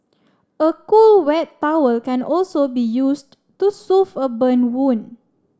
a cool wet towel can also be used to soothe a burn wound